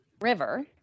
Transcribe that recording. River